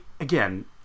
again